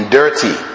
dirty